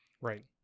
right